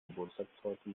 geburtstagstorte